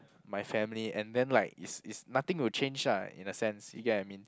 my family and then like is is nothing to change ah in the sense you get what I mean